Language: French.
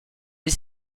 des